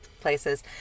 places